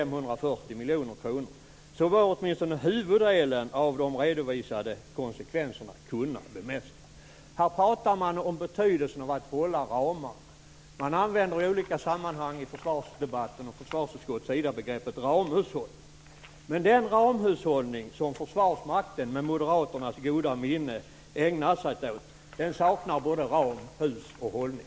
miljoner kronor - bör åtminstone huvuddelen av de redovisade konsekvenserna kunna bemästras. Här pratar man om betydelsen av att hålla ramar. Man använder i olika sammanhang i försvarsdebatten och från försvarsutskottets sida begreppet "ramhushållning". Men den ramhushållning som Försvarsmakten, med moderaternas goda minne, ägnar sig åt saknar såväl ram som hus och hållning.